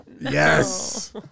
Yes